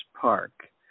Park